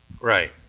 Right